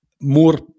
more